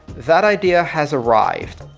that idea has arrived,